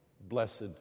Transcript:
Blessed